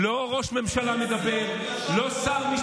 בנצי גופשטיין,